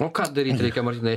o ką daryt reikia martynai